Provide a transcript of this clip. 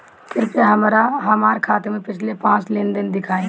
कृपया हमरा हमार खाते से पिछले पांच लेन देन दिखाइ